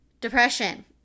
depression